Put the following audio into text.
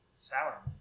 Sour